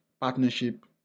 partnership